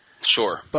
Sure